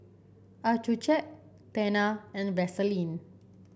Accucheck Tena and Vaselin